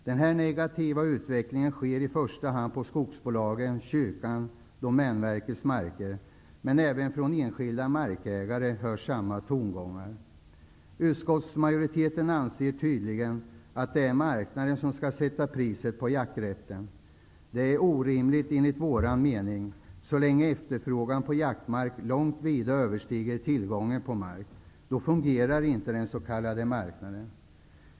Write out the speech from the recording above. Denna negativa utveckling sker i första hand på skogsbolagens, kyrkans och Domänverkets marker, men även från enskilda markägare hörs samma tongångar. Utskottsmajoriteten anser tydligen att det är marknaden som skall sätta priset på jakträtten. Det är enligt vår mening orimligt så länge efterfrågan på jaktmark långt vida överskrider tillgången på mark. Då fungerar inte den s.k. marknaden.